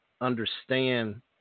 understand